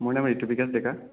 মোৰ নাম ঋতু বিকাশ ডেকা